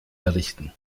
errichten